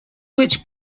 which